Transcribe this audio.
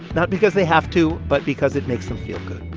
not because they have to, but because it makes them feel good.